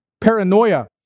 paranoia